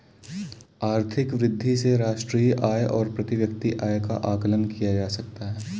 आर्थिक वृद्धि से राष्ट्रीय आय और प्रति व्यक्ति आय का आकलन किया जाता है